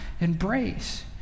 embrace